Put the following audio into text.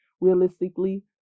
realistically